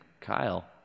Kyle